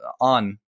on